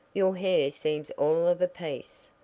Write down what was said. your hair seems all of a piece.